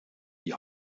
die